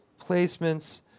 placements